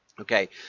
Okay